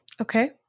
okay